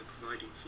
providing